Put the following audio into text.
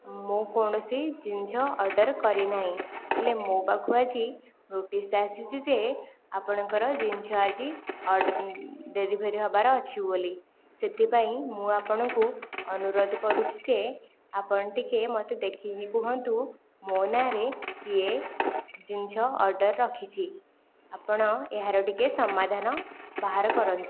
ମୁଁ କୌଣସି ଜିନିଷ ଅର୍ଡ଼ର କରିନାହିଁ ହେଲେ ମୋ ପାଖକୁ ଆଜି ନୋଟିସ ଆସିଛି ଯେ ଆପଣଙ୍କର ଜିନିଷ ଆଜି ଅଡ଼ ଡେଲିଭରି ହେବାର ଅଛି ବୋଲି ସେଥିପାଇଁ ମୁଁ ଆପଣଙ୍କୁ ଅନୁରୋଧ କରୁଛି ଯେ ଆପଣ ଟିକେ ମୋତେ ଦେଖିକି କୁହନ୍ତୁ ମୋ ନାଁରେ କିଏ ଜିନିଷ ଅର୍ଡ଼ର ରଖିଛି ଆପଣ ଏହାର ଟିକେ ସମାଧାନ ବାହାର କରନ୍ତୁ